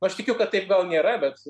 nu aš tikiu kad taip gal nėra bet